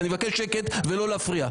אני מבקש שקט ולא להפריע.